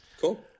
Cool